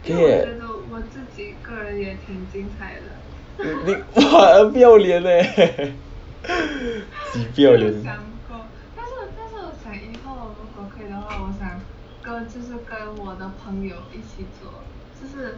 可以 leh 你 !wah! 不要脸 leh 几不要脸